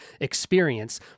experience